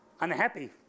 unhappy